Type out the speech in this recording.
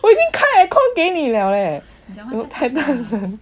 我已经开 aircon liao leh 讲话太大声了